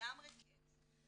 לגמרי כן.